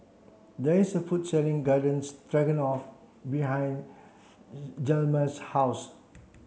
there is a food selling Garden Stroganoff behind Hjalmer's house